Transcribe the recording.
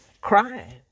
Crying